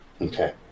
Okay